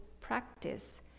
practice